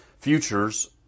futures